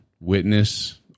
witness